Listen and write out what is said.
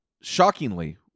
Shockingly